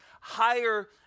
higher